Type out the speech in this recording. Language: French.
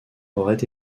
aurait